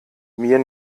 mir